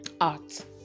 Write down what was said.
art